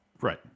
right